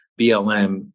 BLM